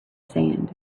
sand